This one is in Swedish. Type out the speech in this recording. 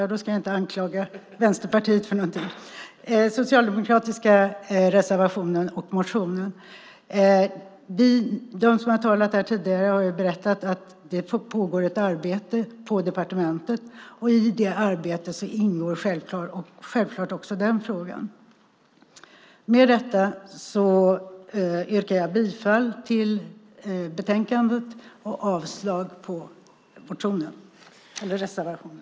Ja, då ska jag inte anklaga Vänsterpartiet för någonting. De som har talat här tidigare har berättat att det pågår ett arbete på departementet. I det arbetet ingår självklart också den här frågan. Med detta yrkar jag bifall till förslaget i betänkandet och avslag på reservationen.